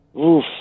Oof